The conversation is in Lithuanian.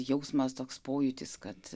jausmas toks pojūtis kad